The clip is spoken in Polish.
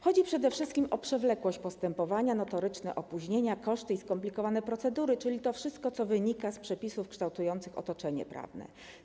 Chodzi przede wszystkim o przewlekłość postępowania, notoryczne opóźnienia, koszty i skomplikowane procedury, czyli to wszystko, co wynika z przepisów kształtujących otoczenie prawne.